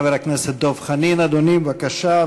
חבר הכנסת דב חנין, אדוני, בבקשה.